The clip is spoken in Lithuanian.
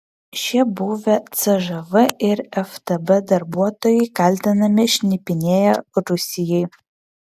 šie buvę cžv ir ftb darbuotojai kaltinami šnipinėję rusijai